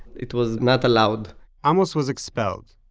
it was not allowed amos was expelled.